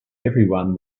everyone